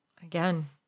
Again